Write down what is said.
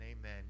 amen